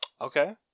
Okay